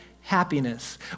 happiness